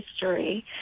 history